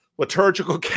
liturgical